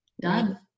Done